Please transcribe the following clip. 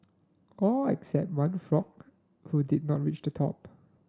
all except one frog who did not reach the top